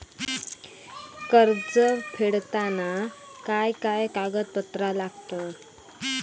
कर्ज फेडताना काय काय कागदपत्रा लागतात?